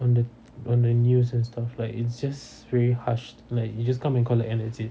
on the on the news and stuff like it's just very hush like you just come and collect that's it